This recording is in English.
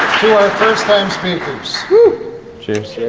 our first time speakers cheers.